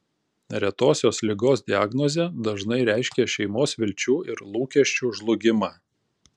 retosios ligos diagnozė dažnai reiškia šeimos vilčių ir lūkesčių žlugimą